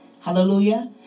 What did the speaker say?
Hallelujah